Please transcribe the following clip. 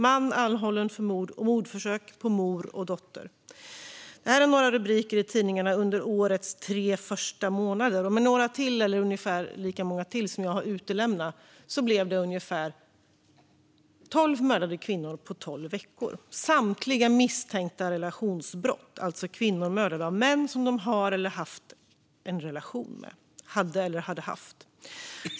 Man anhållen för mord och mordförsök på mor och dotter. Detta är några rubriker i tidningarna under årets tre första månader. Med ungefär lika många till som jag har utelämnat blev det ungefär tolv mördade kvinnor på tolv veckor. Samtliga är misstänkta relationsbrott, alltså kvinnor mördade av män som de hade eller hade haft en relation med.